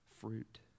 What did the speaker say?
fruit